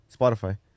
Spotify